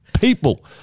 People